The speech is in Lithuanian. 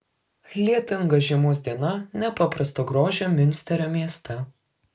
lietinga žiemos diena nepaprasto grožio miunsterio mieste